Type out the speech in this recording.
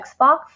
Xbox